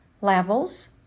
Levels